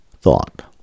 thought